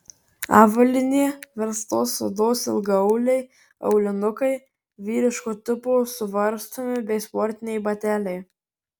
avalynė verstos odos ilgaauliai aulinukai vyriško tipo suvarstomi bei sportiniai bateliai